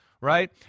right